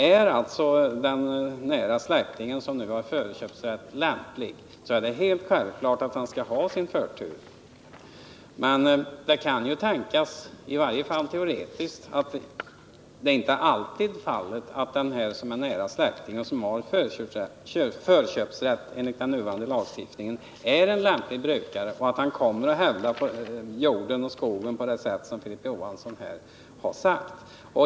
Är alltså den nära släktingen — som nu har förköpsrätt — lämplig, så är det självklart att han skall ha sin förtur. Men det kan ju tänkas, i varje fall teoretiskt, att det inte alltid är så att den nära släktingen, som har förköpsrätt enligt den nuvarande lagen, är en lämplig brukare och kommer att hävda jorden och skogen på det sätt som Filip Johansson här har talat om.